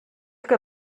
que